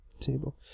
table